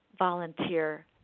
volunteer